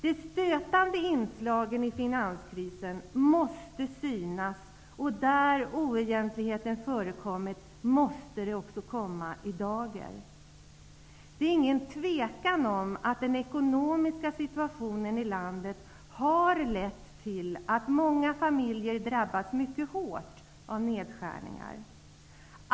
De stötande inslagen i finanskrisen måste synas, och där oegentligheter förekommit måste dessa komma i dagen. Det råder inget tvivel om att den ekonomiska situationen i landet har lett till att många familjer drabbats mycket hårt av nedskärningar.